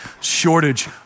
shortage